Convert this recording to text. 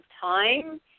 time